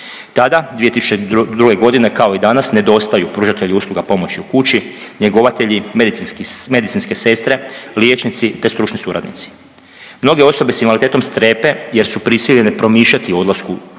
Tada 2002.g. kao i danas nedostaju pružatelji usluga pomoći u kući, njegovatelji, medicinski, medicinske sestre, liječnici, te stručni suradnici. Mnoge osobe s invaliditetom strepe jer su prisiljene promišljati o odlasku u